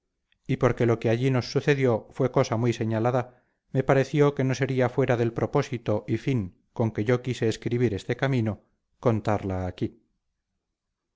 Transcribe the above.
y porque lo que allí nos sucedió fue cosa muy señalada me pareció que no sería fuera del propósito y fin con que yo quise escribir este camino contarla aquí